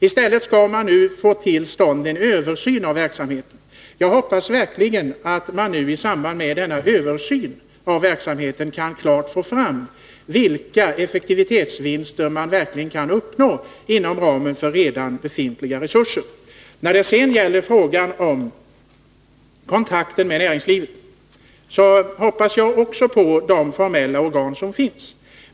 I stället skall man nu få till stånd en översyn av verksamheten. Jag hoppas verkligen att man nu i samband med denna översyn av verksamheten kan klart få fram vilka effektivitetsvinster som kan uppnås inom ramen för redan befintliga resurser. När det sedan gäller frågan om kontakten med näringslivet hoppas jag också på de formella organ som finns.